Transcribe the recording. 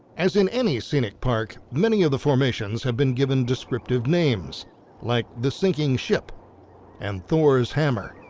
as in any scenic park, many of the formations have been given descriptive names like the sinking ship and thor's hammer.